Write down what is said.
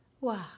Wow